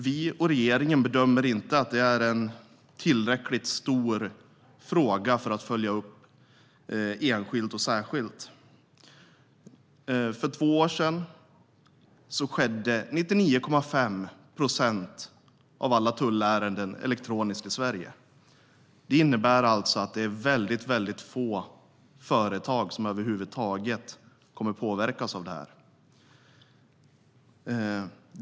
Vi och regeringen bedömer inte att det är en tillräckligt stor fråga för att följas upp enskilt och särskilt. För två år sedan hanterades 99,5 procent av alla tullärenden elektroniskt i Sverige. Det innebär alltså att det är väldigt få företag som över huvud taget kommer att påverkas av förändringen.